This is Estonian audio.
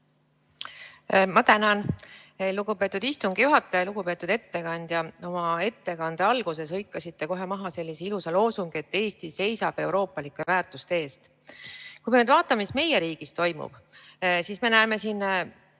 Ma tänan, lugupeetud istungi juhataja! Lugupeetud ettekandja! Oma ettekande alguses te hõikasite kohe maha sellise ilusa loosungi, et Eesti seisab euroopalike väärtuste eest. Kui me nüüd vaatame, mis meie riigis toimub, siis me näeme, ütleme,